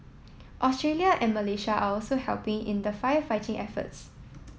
Australia and Malaysia are also helping in the firefighting efforts